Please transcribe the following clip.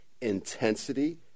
intensity